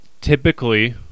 typically